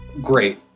great